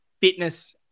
fitness